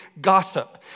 gossip